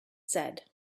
said